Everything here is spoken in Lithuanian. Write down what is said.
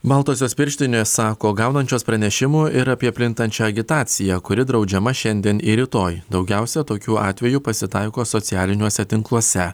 baltosios pirštinės sako gaunančios pranešimų ir apie plintančią agitaciją kuri draudžiama šiandien ir rytoj daugiausia tokių atvejų pasitaiko socialiniuose tinkluose